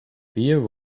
beer